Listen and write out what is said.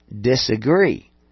disagree